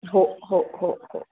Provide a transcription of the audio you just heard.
हो हो हो हो